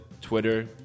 Twitter